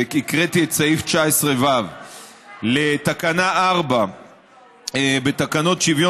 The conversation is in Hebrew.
והקראתי את סעיף 19ו ותקנה 4 בתקנות שוויון